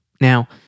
Now